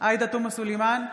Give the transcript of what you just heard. עאידה תומא סלימאן,